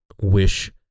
wish